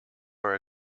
for